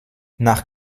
nach